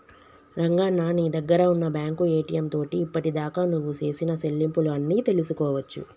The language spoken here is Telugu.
రంగన్న నీ దగ్గర ఉన్న బ్యాంకు ఏటీఎం తోటి ఇప్పటిదాకా నువ్వు సేసిన సెల్లింపులు అన్ని తెలుసుకోవచ్చు